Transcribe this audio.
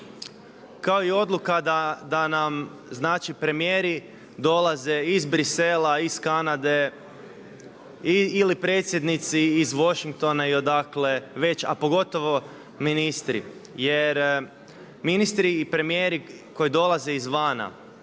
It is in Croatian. kao i odluka da nam premijeri dolaze iz Bruxellesa iz Kanade ili predsjednici iz Washingtona i odakle već, a pogotovo ministri. Jer ministri i premijeri koji dolaze izvana